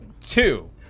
Two